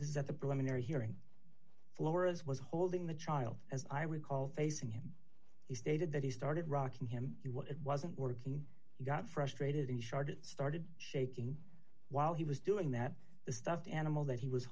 this at the preliminary hearing flores was holding the child as i recall facing him he stated that he started rocking him he was it wasn't working he got frustrated in short it started shaking while he was doing that the stuffed animal that he was